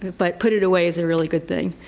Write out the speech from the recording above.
but put it away is a really good thing.